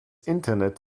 internet